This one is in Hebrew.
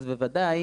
אז בוודאי,